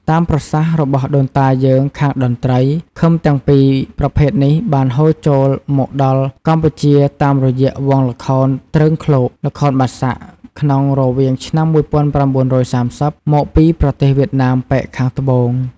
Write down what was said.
តាមប្រសាសន៍របស់ដូនតាយើងខាងតន្ដ្រី ឃឹមទាំងពីរប្រភេទនេះបានហូរចូលមកដល់កម្ពុជាតាមរយៈវង់ល្ខោនទ្រើងឃ្លោក (ល្ខោនបាសាក់) ក្នុងរវាងឆ្នាំ១៩៣០ មកពីប្រទេសវៀតណាមប៉ែកខាងត្បូង។